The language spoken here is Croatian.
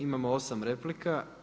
Imamo 8 replika.